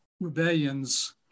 rebellions